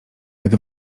jak